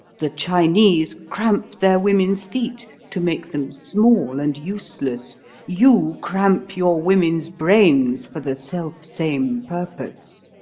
the chinese cramp their women's feet to make them small and useless you cramp your women's brains for the self-same purpose.